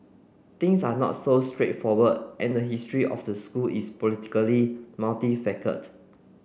things are not so straightforward and the history of the school is politically multifaceted